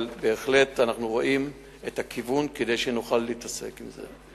אבל אנחנו רואים את הכיוון כדי שנוכל להתעסק עם זה.